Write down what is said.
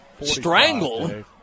strangled